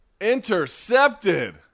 Intercepted